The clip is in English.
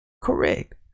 correct